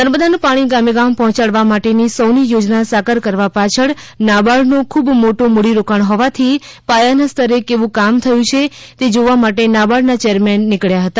નર્મદાનું પાણી ગામે ગામ પહોચડવા માટેની સૌની યોજના સાકર કરવા પાછળ નાબાર્ડનું ખૂબ મોટું મૂડી રોકાણ હોવાથી પાયા ના સ્તરે કેવું કામ થયું છે તે જોવા માટે નાબાર્ડના ચેરમેન નિકલયા હતા